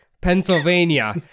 Pennsylvania